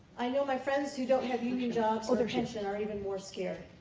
i know my friends who don't have union jobs or a pension are even more scared.